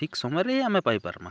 ଠିକ୍ ସମୟରେ ହି ଆମେ ପାଇପାର୍ମା